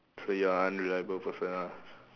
so you are unreliable person ah